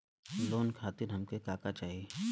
Loan खातीर हमके का का चाही?